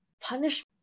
punishment